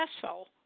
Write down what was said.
successful